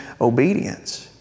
obedience